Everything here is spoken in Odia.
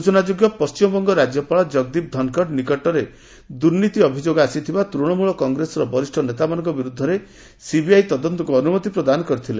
ସ୍ଚନାଯୋଗ୍ୟ ପଶ୍ଚିମବଙ୍ଗ ରାଜ୍ୟପାଳ ଜଗଦୀପ ଧନ୍ଖଡ଼ ନିକଟରେ ଦୁର୍ନୀତି ଅଭିଯୋଗ ଆସିଥିବା ତୃଣମୂଳ କଂଗ୍ରେସର ବରିଷ୍ଣ ନେତାମାନଙ୍କ ବିରୁଦ୍ଧରେ ସିବିଆଇ ତଦନ୍ତକୁ ଅନୁମତି ପ୍ରଦାନ କରିଥିଲେ